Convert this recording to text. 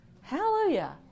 Hallelujah